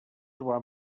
trobar